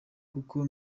kuko